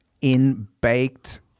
in-baked